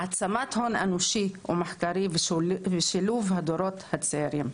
העצמת הון אנושי ומחקרי ושילוב הדורות הצעירים.